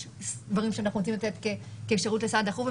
דברים שאנחנו רוצים לתת כשירות לסעד דחוף,